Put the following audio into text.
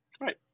Right